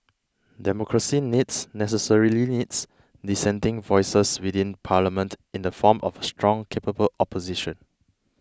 democracy needs necessarily needs dissenting voices within Parliament in the form of a strong capable opposition